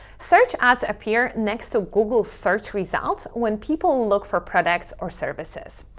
search ads appear next to google search results when people look for products or services.